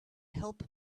help